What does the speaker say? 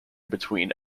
between